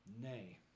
Nay